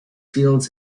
fields